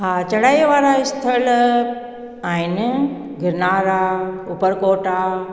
हा चढ़ाई वारा स्थल आहिनि गिरनार आहे ऊपरकोट आहे